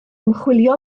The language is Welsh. ymchwilio